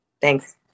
Thanks